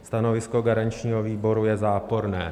Stanovisko garančního výboru je záporné.